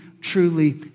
truly